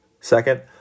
Second